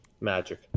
magic